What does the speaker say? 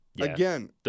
Again